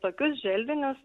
tokius želdinius